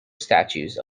statues